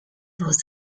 was